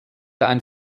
ein